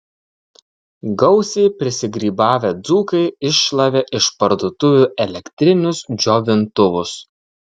gausiai prisigrybavę dzūkai iššlavė iš parduotuvių elektrinius džiovintuvus